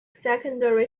secondary